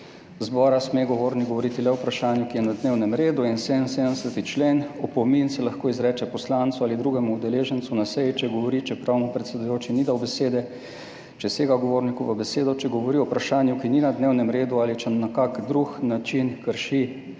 besede. Govornik sme govoriti le o vprašanju, ki je na dnevnem redu.« In 77. člen: »Opomin se lahko izreče poslancu ali drugemu udeležencu na seji, če govori, čeprav mu predsedujoči ni dal besede, če sega govorniku v besedo, če govori o vprašanju, ki ni na dnevnem redu ali če na kak drug način krši